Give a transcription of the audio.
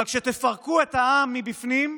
אבל כשתפרקו את העם מבפנים,